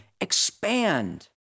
expand